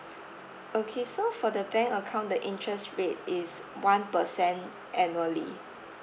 okay so for the bank account the interest rate is one percent annually